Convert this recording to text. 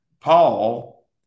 Paul